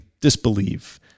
disbelieve